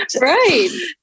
Right